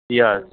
yes